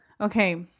Okay